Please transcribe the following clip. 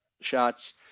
shots